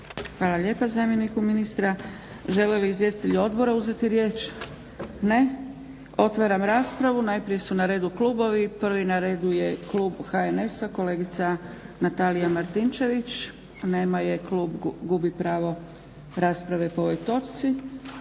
Hvala lijepa zamjeniku ministru. Žele li izvjestitelji odbora uzeti riječ? Ne. Otvaram raspravu. Najprije su na redu klubovi. Prvi na redu je Klub HNS-a, kolegica Natalija Martinčević. Nema je, klub gubi pravo rasprave po ovoj točci.